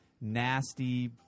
nasty